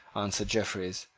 answered jeffreys,